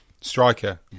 Striker